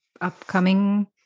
upcoming